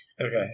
Okay